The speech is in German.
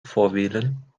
vorwählen